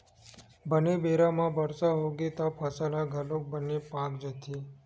बने बेरा म बरसा होगे त फसल ह घलोक बने पाक जाथे